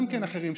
אחרים,